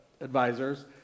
advisors